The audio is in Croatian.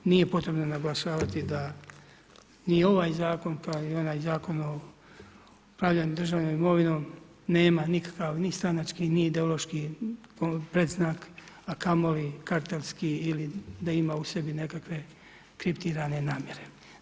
Nije potrebno naglašavati da ni ovaj Zakon, pa ni onaj Zakon o upravljanju državnom imovinom nema nikakav ni stranački ni ideološki predznak, a kamo li ... ili da ima u sebi nekakve kriptirane namjere.